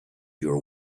your